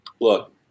Look